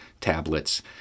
tablets